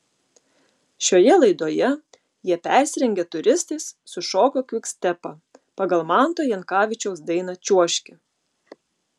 šioje laidoje jie persirengę turistais sušoko kvikstepą pagal manto jankavičiaus dainą čiuožki